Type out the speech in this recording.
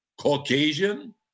Caucasian